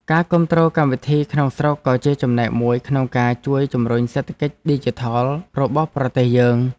ការគាំទ្រកម្មវិធីក្នុងស្រុកក៏ជាចំណែកមួយក្នុងការជួយជំរុញសេដ្ឋកិច្ចឌីជីថលរបស់ប្រទេសយើង។